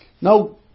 now